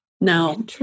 Now